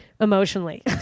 emotionally